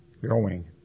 growing